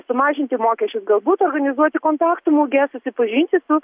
sumažinti mokesčius galbūt organizuoti kontaktų muges susipažinti su